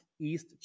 East